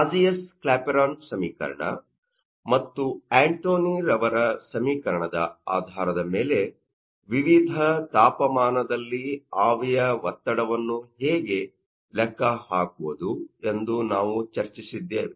Clausius Clapeyron ಸಮೀಕರಣ ಮತ್ತು ಆಂಟೊನಿAntoine'sರವರ ಸಮೀಕರಣದ ಆಧಾರದ ಮೇಲೆ ವಿವಿಧ ತಾಪಮಾನದಲ್ಲಿ ಆವಿಯ ಒತ್ತಡವನ್ನು ಹೇಗೆ ಲೆಕ್ಕ ಹಾಕುವುದು ಎಂದು ನಾವು ಚರ್ಚಿಸಿದ್ದೇವೆ